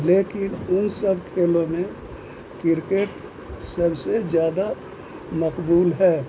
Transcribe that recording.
لیکن ان سب کھیلوں میں کرکٹ سب سے زیادہ مقبول ہے